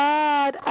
God